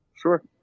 Sure